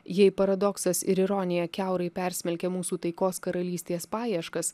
jei paradoksas ir ironija kiaurai persmelkė mūsų taikos karalystės paieškas